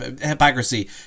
Hypocrisy